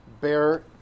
bear